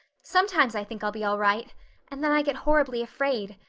sometimes i think i'll be all right and then i get horribly afraid.